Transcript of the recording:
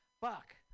Fuck